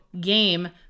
game